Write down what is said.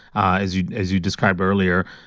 as you as you described earlier,